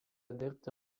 dirbti